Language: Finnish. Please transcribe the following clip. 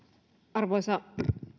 arvoisa